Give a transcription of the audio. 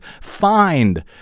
find